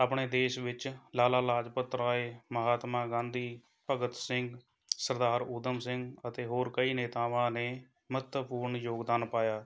ਆਪਣੇ ਦੇਸ਼ ਵਿੱਚ ਲਾਲਾ ਲਾਜਪਤ ਰਾਏ ਮਹਾਤਮਾ ਗਾਂਧੀ ਭਗਤ ਸਿੰਘ ਸਰਦਾਰ ਊਧਮ ਸਿੰਘ ਅਤੇ ਹੋਰ ਕਈ ਨੇਤਾਵਾਂ ਨੇ ਮਹੱਤਵਪੂਰਨ ਯੋਗਦਾਨ ਪਾਇਆ